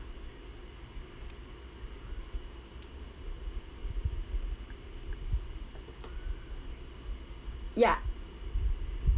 ya